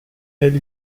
elle